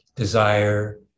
desire